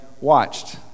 watched